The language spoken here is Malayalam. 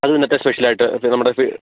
അത് ഇന്നത്തെ സ്പെഷ്യൽ ആയിട്ട് നമ്മുടെ